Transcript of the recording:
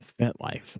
FetLife